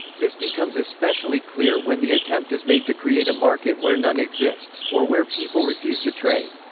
this becomes especially clear when the attempt is made to create a market where none exists, or where people refuse to trade.